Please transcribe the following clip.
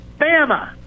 Bama